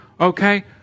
okay